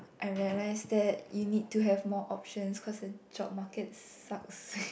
I realise that you need to have more options cause the job market sucks